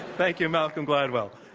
thank you, malcolm gladwell.